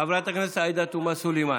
עאידה תומא סלימאן.